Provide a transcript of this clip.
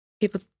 people